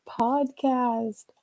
Podcast